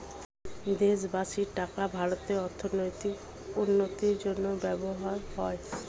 দেশবাসীর টাকা ভারতের অর্থনৈতিক উন্নতির জন্য ব্যবহৃত হয়